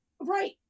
right